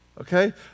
okay